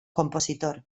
compositor